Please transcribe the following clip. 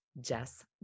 Jess